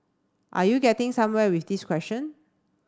are you getting somewhere with this question